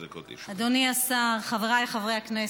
אדוני השר, חבריי חברי הכנסת,